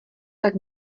tak